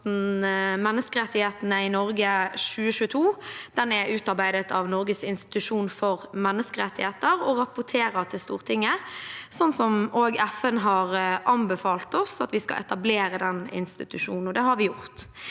Menneskerettighetene i Norge 2022. Den er utarbeidet av Norges institusjon for menneskerettigheter, som rapporterer til Stortinget. FN har anbefalt å etablere den institusjonen, og det har vi gjort.